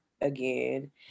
again